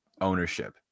ownership